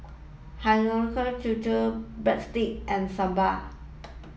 Hiyashi Chuka Breadsticks and Sambar